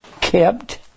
kept